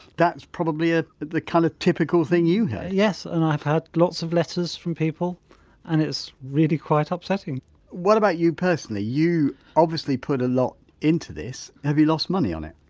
that's probably ah the kind of typical thing you heard yes, and i've had lots of letters from people and it's really quite upsetting what about you personally you obviously put a lot into this, have you lost money on it?